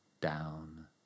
down